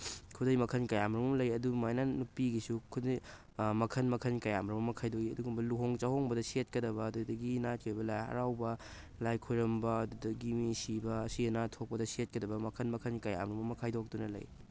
ꯈꯨꯗꯩ ꯃꯈꯟ ꯀꯌꯥ ꯃꯔꯨꯝ ꯑꯃ ꯂꯩ ꯑꯗꯨꯃꯥꯏꯅ ꯅꯨꯄꯤꯒꯤꯁꯨ ꯈꯨꯗꯩ ꯃꯈꯟ ꯃꯈꯟ ꯀꯌꯥ ꯃꯔꯨꯝ ꯑꯃ ꯈꯥꯏꯗꯣꯛꯏ ꯑꯗꯨꯒꯨꯝꯕ ꯂꯨꯍꯣꯡ ꯆꯥꯍꯣꯡꯕꯗ ꯁꯦꯠꯀꯗꯕ ꯑꯗꯨꯗꯒꯤ ꯅꯥꯠꯀꯤ ꯑꯣꯏꯕ ꯂꯥꯏ ꯍꯔꯥꯎꯕ ꯂꯥꯏ ꯈꯣꯏꯔꯝꯕ ꯑꯗꯨꯗꯒꯤ ꯃꯤ ꯁꯤꯕ ꯑꯁꯤ ꯑꯅꯥ ꯊꯣꯛꯄꯗ ꯁꯦꯠꯀꯗꯕ ꯃꯈꯟ ꯃꯈꯟ ꯀꯌꯥ ꯃꯔꯨꯝ ꯑꯃ ꯈꯥꯏꯗꯣꯛꯇꯨꯅ ꯂꯩ